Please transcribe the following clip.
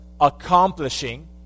accomplishing